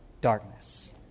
darkness